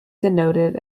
denoted